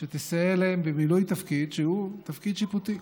שתסייע להם במילוי תפקיד שהוא תפקיד שיפוטי.